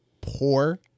poor